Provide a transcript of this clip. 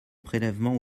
prélèvements